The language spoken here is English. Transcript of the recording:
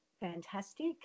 fantastic